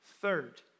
Third